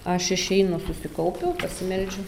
aš išeinu susikaupiu pasimeldžiu